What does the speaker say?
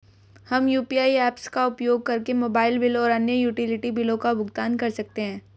हम UPI apps का उपयोग करके मोबाइल बिल और अन्य यूटिलिटी बिलों का भुगतान कर सकते हैं